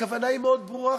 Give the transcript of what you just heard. הכוונה היא מאוד ברורה.